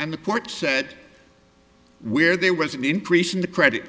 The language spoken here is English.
and the court said where there was an increase in the credit